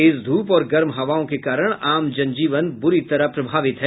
तेज धूप और गर्म हवाओं के कारण आम जनजीवन बुरी तरह प्रभावित है